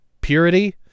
Purity